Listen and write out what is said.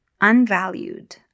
unvalued